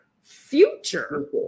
future